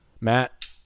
Matt